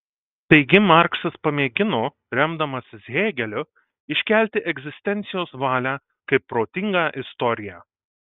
taigi marksas pamėgino remdamasis hėgeliu iškelti egzistencijos valią kaip protingą istoriją